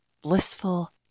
blissful